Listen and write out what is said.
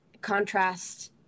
contrast